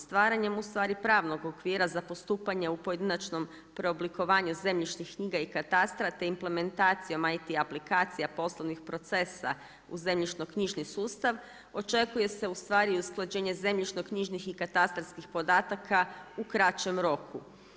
Stvaranjem ustvari pravnog okvira za postupanja u pojedinačnom preoblikovanju zemljišnih knjiga i katastra te implementacijom IT aplikacija poslovnih procesa u zemljišno knjižni sustav očekuje se ustvari usklađenje zemljišno knjižnih i katastarskih podataka u kraćem roku.